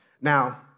Now